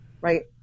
right